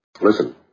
Listen